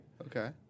Okay